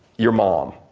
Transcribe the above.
your mom.